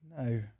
No